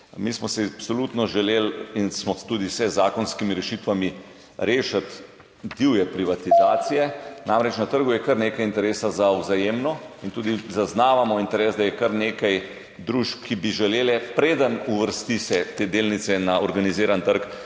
Mi smo si absolutno želeli in smo tudi se z zakonskimi rešitvami rešili divje privatizacije. Namreč, na trgu je kar nekaj interesa za Vzajemno in tudi zaznavamo interes, da je kar nekaj družb, ki bi želele, preden se uvrsti te delnice na organiziran trg,